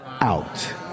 out